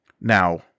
Now